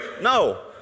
No